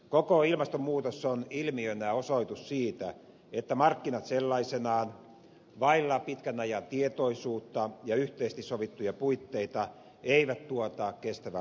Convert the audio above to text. koko ilmastonmuutos on ilmiönä osoitus siitä että markkinat sellaisenaan vailla pitkän ajan tietoisuutta ja yhteisesti sovittuja puitteita eivät tuota kestävää lopputulosta